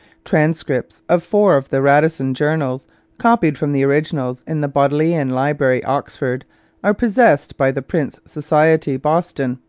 transcripts of four of the radisson journals copied from the originals in the bodleian library, oxford are possessed by the prince society, boston.